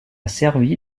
servi